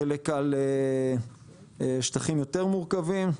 חלק על שטחים יותר מורכבים.